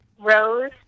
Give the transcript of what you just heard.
Rose